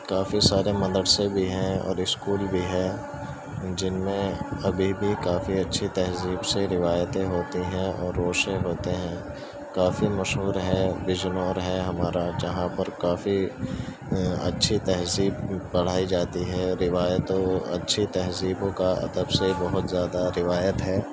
کافی سارے مدرسے بھی ہیں اور اسکول بھی ہیں جن میں ابھی بھی کافی اچھی تہذیب سے روایتیں ہوتی ہیں اور روشیں ہوتے ہیں کافی مشہور ہیں بجنور ہے ہمارا جہاں پر کافی اچھی تہذیب پڑھائی جاتی ہے روایت و اچھی تہذیبوں کا ادب سے بہت زیادہ روایت ہے